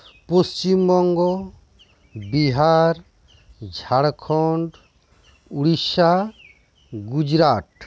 Paschim Banga Bihar Jharkhand Orissa Gujarat